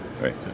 right